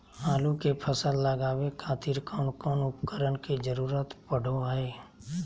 आलू के फसल लगावे खातिर कौन कौन उपकरण के जरूरत पढ़ो हाय?